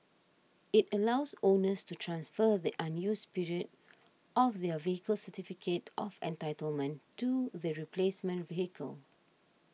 it allows owners to transfer the unused period of their vehicle's certificate of entitlement to the replacement vehicle